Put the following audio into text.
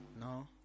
No